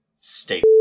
stay